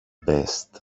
best